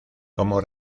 cómo